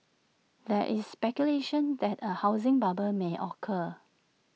there is speculation that A housing bubble may occur